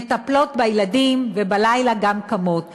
מטפלות בילדים וגם קמות בלילה.